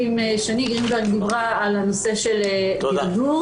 אם שני גרינברג דיברה על הנושא של דרדור,